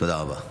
תודה רבה.